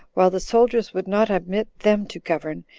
while the soldiers would not admit them to govern,